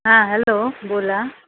हां हॅलो बोला